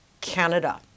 Canada